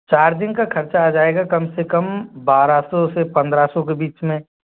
charging का खर्चा आ जाएगा कम से कम बारह सौ से पंद्रह सौ के बीच में